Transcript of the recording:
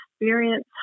experience